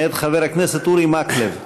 מאת חבר הכנסת אורי מקלב.